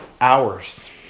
hours